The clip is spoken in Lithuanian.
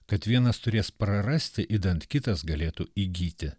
kad vienas turės prarasti idant kitas galėtų įgyti